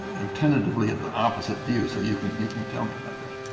am tempted to believe the opposite view, so you can you can tell me about that.